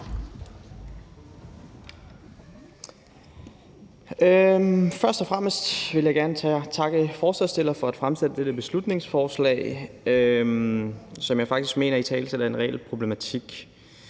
Først og fremmest vil jeg gerne takke forslagsstillerne for at fremsætte dette beslutningsforslag, som jeg faktisk mener italesætter en reel problematik.